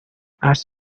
ask